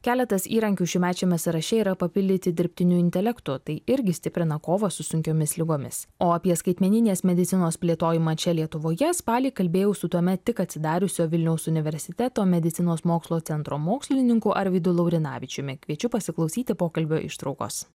keletas įrankių šiųmečiame sąraše yra papildyti dirbtiniu intelektu tai irgi stiprina kovą su sunkiomis ligomis o apie skaitmeninės medicinos plėtojimą čia lietuvoje spalį kalbėjau su tuomet tik atsidariusio vilniaus universiteto medicinos mokslo centro mokslininku arvydu laurinavičiumi kviečiu pasiklausyti pokalbio ištraukos